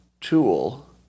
tool